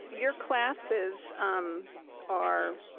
your classes are,